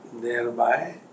Thereby